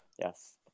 Yes